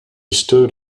stood